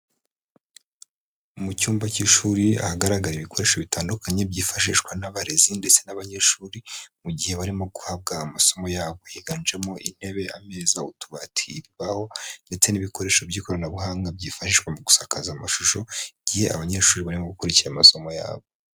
Mu cyumba cy'ishuri ahagaragara ibikoresho bitandukanye byifashishwa n'abarezi ndetse n'abanyeshuri, mu gihe barimo guhabwa amasomo yabo. Higanjemo intebe, ameza, utubati, imbaho. Ndetse n'ibikoresho by'ikoranabuhanga byifashishwa mu gusakaza amashusho, igihe abanyeshuri barimo gukurikira amasomo yabo.